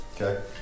okay